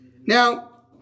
Now